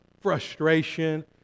frustration